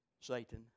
Satan